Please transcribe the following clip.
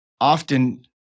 Often